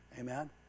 amen